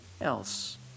else